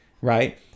Right